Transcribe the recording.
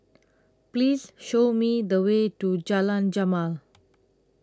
Please Show Me The Way to Jalan Jamal